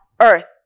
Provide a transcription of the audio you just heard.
earth